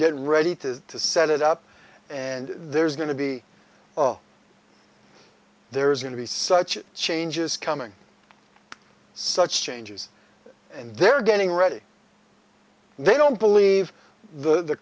getting ready to to set it up and there's going to be oh there is going to be such changes coming such changes and they're getting ready they don't believe the